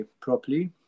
properly